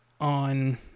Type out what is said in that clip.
on